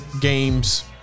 games